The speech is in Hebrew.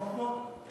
אתה מצביע לו?